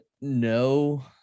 no